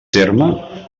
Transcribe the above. terme